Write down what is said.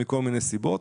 מכל מיני סיבות,